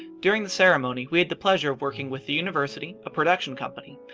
during the ceremony, we had the pleasure of working with the university, a production company,